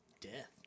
death